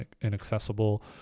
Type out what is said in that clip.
inaccessible